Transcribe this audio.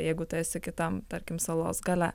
jeigu tu esi kitam tarkim salos gale